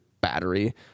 battery